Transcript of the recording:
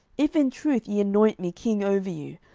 if in truth ye anoint me king over you,